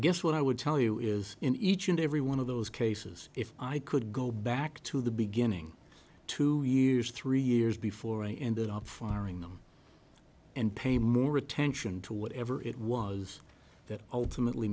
guess what i would tell you is in each and every one of those cases if i could go back to the beginning to use three years before i ended up firing them and pay more attention to whatever it was that ultimately